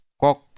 kok